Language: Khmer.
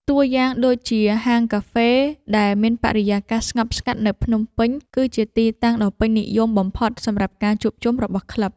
តួយ៉ាងដូចជា ហាងកាហ្វេដែលមានបរិយាកាសស្ងប់ស្ងាត់នៅភ្នំពេញ គឺជាទីតាំងដ៏ពេញនិយមបំផុតសម្រាប់ការជួបជុំរបស់ក្លឹប។